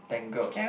tangled